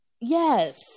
yes